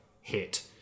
hit